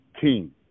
team